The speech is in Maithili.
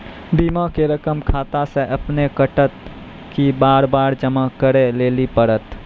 बीमा के रकम खाता से अपने कटत कि बार बार जमा करे लेली पड़त?